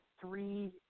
three